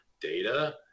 data